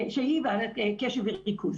הפרעת קשב וריכוז,